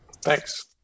Thanks